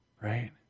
Right